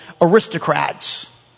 aristocrats